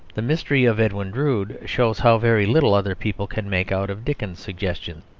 the mystery of edwin drood shows how very little other people can make out of dickens's suggestions.